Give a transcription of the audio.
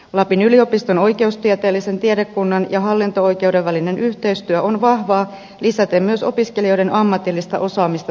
lapin yliopiston oikeustieteellisen tiedekunnan ja hallinto oikeuden välinen yhteistyö on vahvaa lisäten myös opiskelijoiden ammatillista osaamista tulevaisuuteen